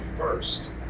first